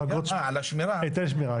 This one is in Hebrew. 80% מהיישובים הערביים, נדמה לי, לא משתמשים בזה.